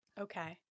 Okay